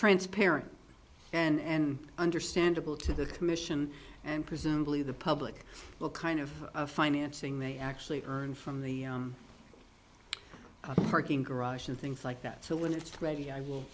transparent and understandable to the commission and presumably the public will kind of financing they actually earn from the parking garage and things like that so when it's ready i will